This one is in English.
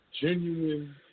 genuine